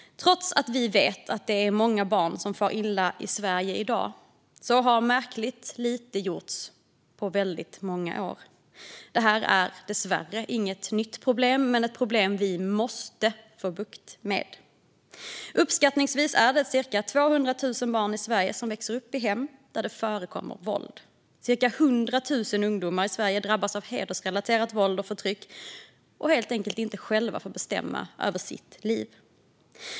Trots att vi vet att många barn far illa i Sverige i dag har märkligt lite gjorts åt det under många år. Det är dessvärre inget nytt problem, men det är ett problem som vi måste få bukt med. Uppskattningsvis 200 000 barn i Sverige växer upp i hem där det förekommer våld. Ca 100 000 ungdomar i Sverige drabbas av hedersrelaterat våld och förtryck och får helt enkelt inte själva bestämma över sina liv.